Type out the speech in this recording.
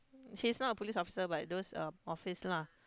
she's not a police officer but those um office lah